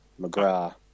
McGrath